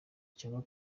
cyangwa